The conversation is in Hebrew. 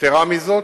יתירה מזאת,